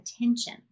attention